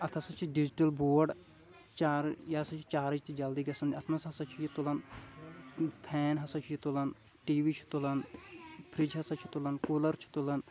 اَتھ ہسا چھِ ڈِجٹَل بوڈ چار یہِ ہسا چھِ چارٕج تہِ جَلدی گژھان اَتھ نَہ نَہ سا چھُ یہِ تُلان فین ہسا چھُ یہِ تُلان ٹی وی چھُ تُلان فِرٛج ہسا چھُ تُلان کوٗلَر چھُ تُلان